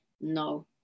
no